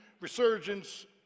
resurgence